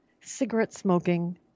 cigarette-smoking